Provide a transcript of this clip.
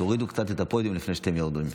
תורידו קצת את הפודיום לפני שאתם יורדים.